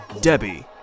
Debbie